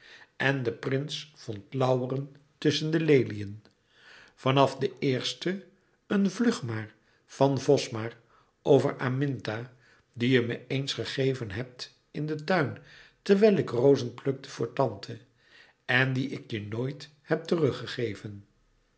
en de prins vond lauweren tusschen de leliën van af de eerste een vlugmaar van vosmaer over aminta die je me eens gegeven hebt in den tuin terwijl ik rozen plukte voor tante en die ik je nooit heb